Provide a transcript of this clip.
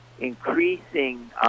increasing